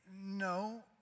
No